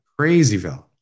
crazyville